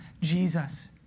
Jesus